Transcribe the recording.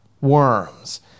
worms